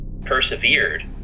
persevered